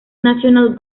national